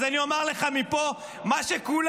אז אני אומר לך מפה מה שכולם,